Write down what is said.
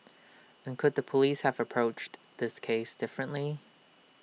and could the Police have approached this case differently